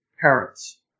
Parents